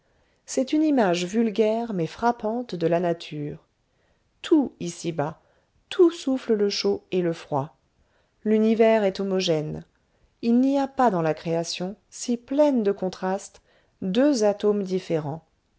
c'est une image vulgaire mais frappante de la nature tout ici-bas tout souffle le chaud et le froid l'univers est homogène il n'y a pas dans la création si pleine de contrastes deux atomes différents